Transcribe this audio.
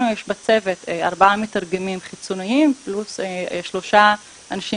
לנו יש בצוות ארבעה מתרגמים חיצוניים פלוס שלושה אנשים